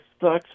sucks